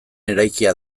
eraikia